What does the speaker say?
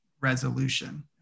resolution